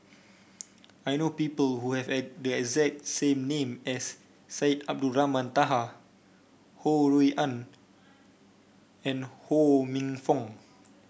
I know people who have a the exact name as Syed Abdulrahman Taha Ho Rui An and Ho Minfong